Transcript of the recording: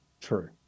true